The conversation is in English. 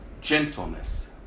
gentleness